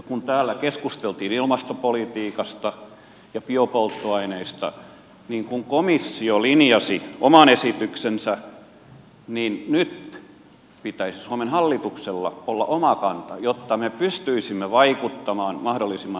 kun täällä keskusteltiin ilmastopolitiikasta ja biopolttoaineista niin kun komissio linjasi oman esityksensä niin nyt pitäisi suomen hallituksella olla oma kanta jotta me pystyisimme vaikuttamaan mahdollisimman hyvin